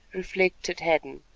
reflected hadden,